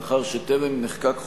מאחר שטרם נחקק חוק-יסוד: